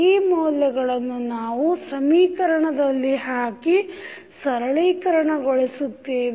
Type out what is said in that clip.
ಈ ಮೌಲ್ಯಗಳನ್ನು ನಾವು ಸಮೀಕರಣದಲ್ಲಿ ಹಾಕಿ ಸರಳೀಕರಣಗೊಳಿಸುತ್ತೇವೆ